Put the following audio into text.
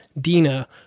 Dina